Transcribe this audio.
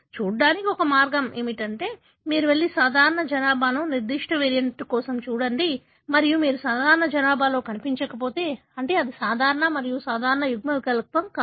చూడడానికి ఒక మార్గం ఏమిటంటే మీరు వెళ్లి సాధారణ జనాభాలో నిర్దిష్ట వేరియంట్ కోసం చూడండి మరియు మీరు సాధారణ జనాభాలో కనిపించకపోతే అంటే ఇది సాధారణ మరియు సాధారణ యుగ్మ వికల్పం కాదు